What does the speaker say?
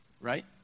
right